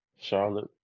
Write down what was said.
Charlotte